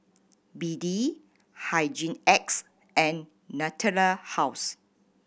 B D Hygin X and Natura House